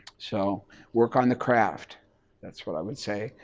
so work on the craft that's what i would say.